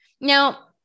Now